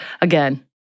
again